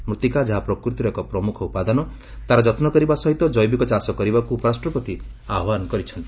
ମୃତ୍ତିକା ଯାହା ପ୍ରକୃତିର ଏକ ପ୍ରମୁଖ ଉପାଦାନ ତା'ର ଯତ୍ନ କରିବା ସହିତ ଜୈବିକ ଚାଷ କରିବାକୁ ଉପରାଷ୍ଟ୍ରପତି ଆହ୍ବାନ କରିଛନ୍ତି